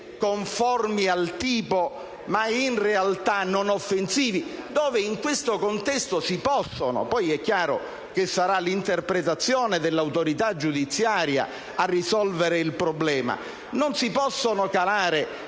conformi al tipo, ma in realtà non offensivi, che in questo contesto si possono presentare. È chiaro che sarà poi l'interpretazione dell'autorità giudiziaria a risolvere il problema. Ma non vi si possono calare